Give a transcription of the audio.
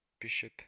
Bishop